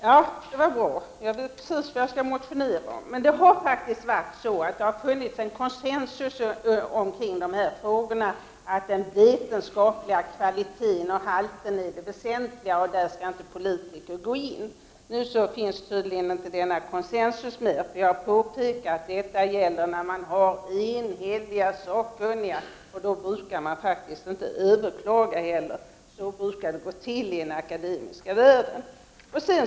Herr talman! Detta är precis vad jag skall motionera om. Men det har faktiskt funnits en konsensus beträffande dessa frågor, nämligen att den vetenskapliga kvaliteten är det väsentliga, som politiker inte skall lägga sig i. Nu finns tydligen inte denna konsensus längre. Jag påpekar att detta gäller när de sakkunniga är enhälliga. Då brukar man inte heller överklaga. Så brukar det gå till i den akademiska världen.